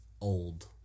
Old